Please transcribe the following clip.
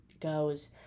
goes